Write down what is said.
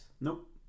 Nope